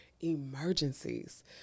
emergencies